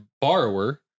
borrower